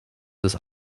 des